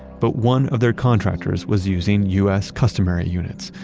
but one of their contractors was using u s. customary units,